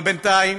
אבל בינתיים